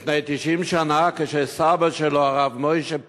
לפני 90 שנה, כשסבא שלו, הרב משה פרוש,